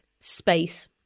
space